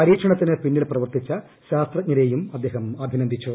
പരീക്ഷണത്തിന് പിന്നിൽ പ്രവർത്തിച്ച ശാസ്ത്രജ്ഞരെയും അദ്ദേഹം അഭിനന്ദിച്ചു